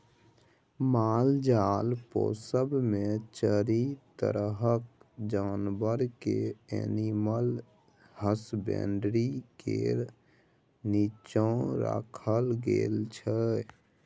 मालजाल पोसब मे चारि तरहक जानबर केँ एनिमल हसबेंडरी केर नीच्चाँ राखल गेल छै